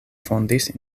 fondis